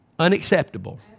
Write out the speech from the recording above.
unacceptable